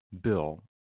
Bill